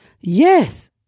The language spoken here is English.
Yes